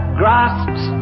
grasps